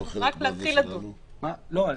שלום,